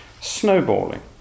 snowballing